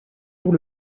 pour